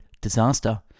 disaster